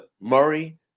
Murray